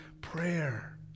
prayer